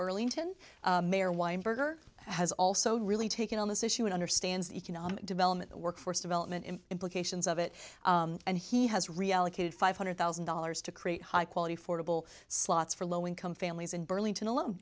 burlington mayor weinberger has also really taken on this issue and understands economic development workforce development in implications of it and he has reallocated five hundred thousand dollars to create high quality affordable slots for low income families in burlington al